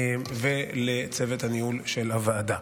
ולצוות הניהול של הוועדה.